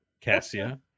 Cassia